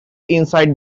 inside